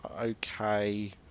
okay